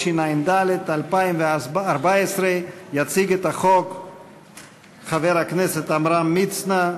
התשע"ד 2014. יציג את החוק חבר הכנסת עמרם מצנע,